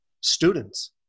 students